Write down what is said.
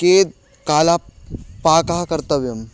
कियत् कालं पाकं कर्तव्यम्